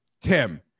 Tim